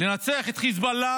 לנצח את חיזבאללה